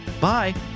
bye